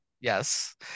Yes